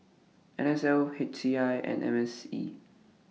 N S L H C I and M C E